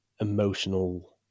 emotional